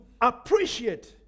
appreciate